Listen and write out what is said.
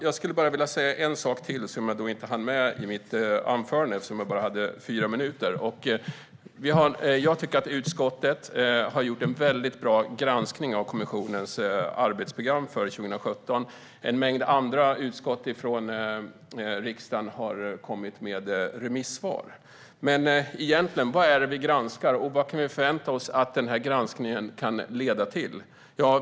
Jag skulle vilja säga en sak till som jag inte hann med i mitt anförande, eftersom jag hade bara fyra minuters talartid. Jag tycker att utskottet har gjort en mycket bra granskning av kommissionens arbetsprogram för 2017, och en mängd andra utskott i riksdagen har kommit med remissvar. Men vad är det egentligen vi granskar, och vad förväntar vi oss att denna granskning kan leda till?